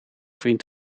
vriend